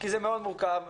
כי זה מאוד מורכב,